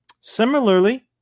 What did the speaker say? similarly